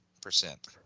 percent